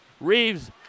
Reeves